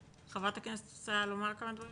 ח"כ סונדוס סאלח את רוצה לומר כמה דברים?